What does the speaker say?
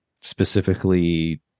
specifically